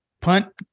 punt